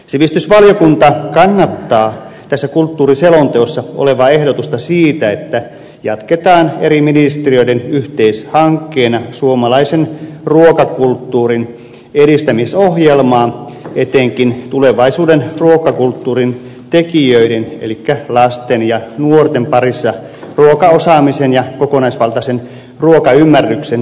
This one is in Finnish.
sivistysvaliokunta kannattaa tässä kulttuuriselonteossa olevaa ehdotusta siitä että jatketaan eri ministeriöiden yhteishankkeena suomalaisen ruokakulttuurin edistämisohjelmaa etenkin tulevaisuuden ruokakulttuurin tekijöiden elikkä lasten ja nuorten parissa ruokaosaamisen ja kokonaisvaltaisen ruokaymmärryksen kasvattamiseksi